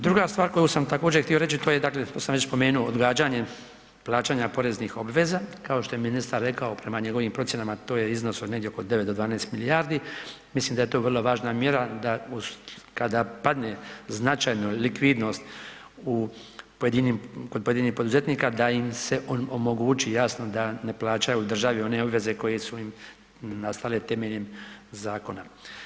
Druga stvar koju sam također htio reći, to je dakle, to sam već spomenuo, odgađanje plaćanje poreznih obveza, kao što je ministar rekao, prema njegovim procjenama, to je iznos od negdje oko 9 do 12 milijardi, mislim da je to vrlo važna mjera, da kada padne značajno likvidnost kod pojedinih poduzetnika, da im se omogući jasno da ne plaćaju državi one obveze koje su im nastale temeljem zakona.